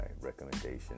recommendation